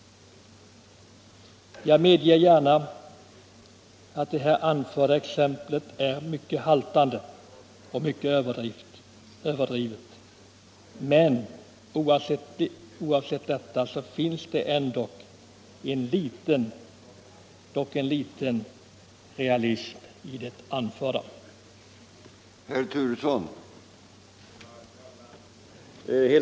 Jag medger gärna att den här jämförelsen är mycket haltande och överdriven, men oavsett detta finns det ändå en viss - om än liten — realism bakom den. Trafikpolitiken Trafikpolitiken